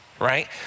right